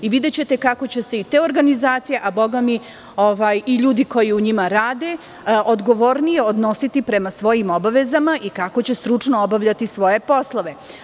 Videćete kako će se te organizacije, a bogami, i ljudi koji u njima rade odgovornije odnositi prema svojim obavezama i kako će stručno obavljati svoje poslove.